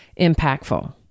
impactful